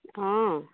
অঁ